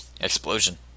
Explosion